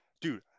dude